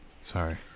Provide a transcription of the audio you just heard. Sorry